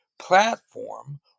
platform